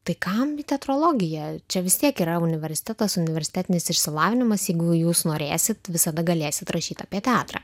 tai kam gi teatrologija čia vis tiek yra universitetas universitetinis išsilavinimas jeigu jūs norėsit visada galėsit rašyt apie teatrą